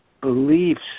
beliefs